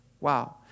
Wow